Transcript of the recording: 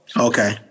Okay